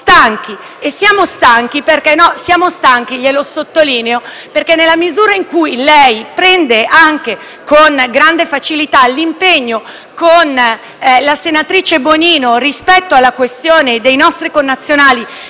anche un po' stanchi, e siamo stanchi - glielo ribadisco - perché nella misura in cui lei prende con grande facilità l'impegno con la senatrice Bonino rispetto alla questione dei nostri connazionali,